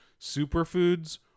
superfoods